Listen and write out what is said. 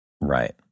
Right